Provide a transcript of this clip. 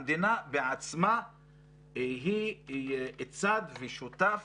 המדינה בעצמה היא צד ושותף